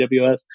AWS